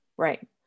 Right